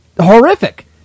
horrific